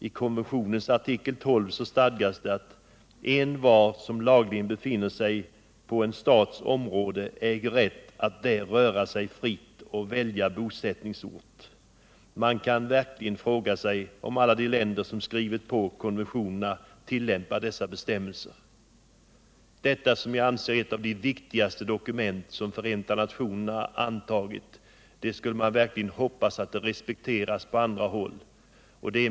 I konventionens artikel 12 stadgas: ”Envar som lagligen befinner sig på en stats område äger rätt att där röra sig fritt och fritt välja bosättningsort.” Man kan verkligen fråga sig om alla de länder som skrivit på konventionerna tillämpar dessa bestämmelser. Jag anser att konventionerna om de mänskliga rättigheterna är ett av de viktigaste dokument som Förenta nationerna har antagit. Jag hoppas att det respekteras på alla håll.